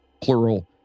plural